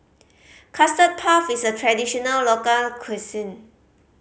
Custard Puff is a traditional local cuisine